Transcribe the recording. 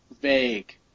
vague